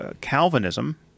Calvinism